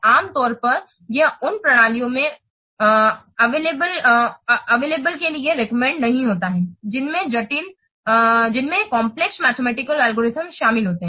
आम तौर पर यह उन प्रणालियों में उपसुम्मातिओं के लिए रेकमेंडेड नहीं होता है जिनमें जटिल गणितीय एल्गोरिदम शामिल होते हैं